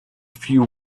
few